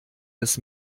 des